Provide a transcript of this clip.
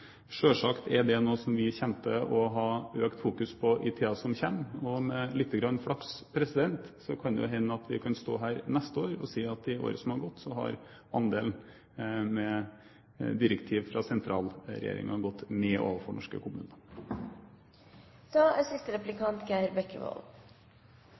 er det noe vi kommer til å ha økt fokus på i tiden som kommer. Og med lite grann flaks kan det hende at vi kan stå her neste år og si at i året som har gått, har andelen direktiv fra sentralregjeringen til norske kommuner gått ned.